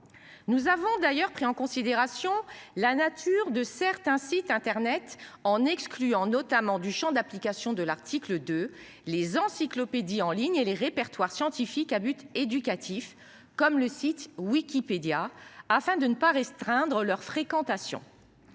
Nous avons d'ailleurs pris en considération la nature de certains sites internet en excluant notamment du Champ d'application de l'article de les encyclopédies en ligne et les répertoires scientifique à but éducatif comme le site Wikipédia afin de ne pas restreindre leur fréquentation.